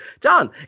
John